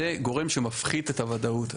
זה גורם שמפחית את הוודאות.